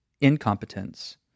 incompetence